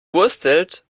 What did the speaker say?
wurstelt